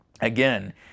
Again